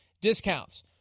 discounts